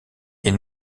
est